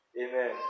Amen